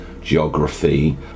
geography